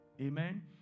Amen